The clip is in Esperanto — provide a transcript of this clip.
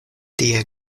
tie